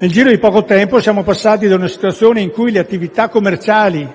Nel giro di poco tempo siamo passati da una situazione in cui le attività commerciali